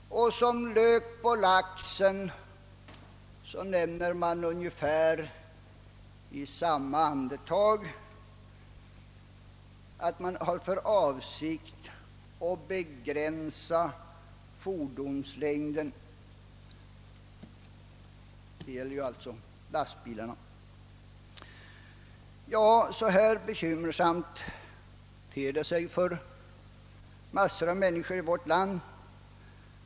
Som lök på laxen nämner man ungefär i samma andetag ati man har för avsikt att begränsa lastbilarnas längd. Så här bekymmersamt ter det sig för massor av människor i vårt land.